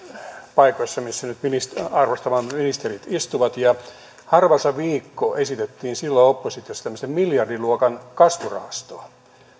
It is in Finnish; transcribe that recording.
paikoissa missä arvostamani ministerit nyt istuvat ja silloin harva se viikko oppositiossa esitettiin tämmöistä miljardiluokan kasvurahastoa